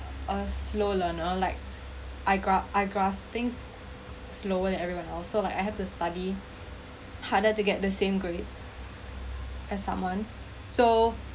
a slow learner like I grasp I grasp things slower than everyone else so like I have to study harder to get the same grades as someone so